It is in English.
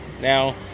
Now